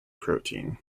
protein